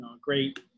great